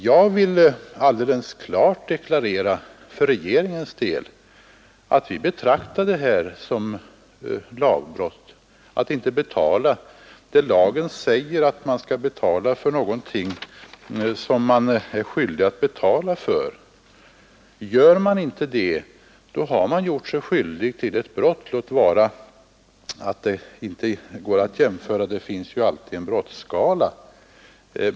Jag vill alldeles klart deklarera att regeringen betraktar det som lagbrott att inte betala vad lagen säger att man skall betala för någonting som man är skyldig till. Gör man inte det, har man gjort sig skyldig till ett brott, låt vara att det inte går att jämföra med andra brott; det finns ju alltid en brottsskala.